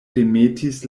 demetis